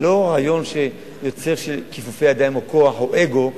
ולא רעיון שיוצר כיפופי ידיים או כוח או אגו,